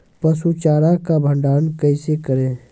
पसु चारा का भंडारण कैसे करें?